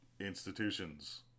Institutions